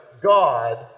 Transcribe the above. God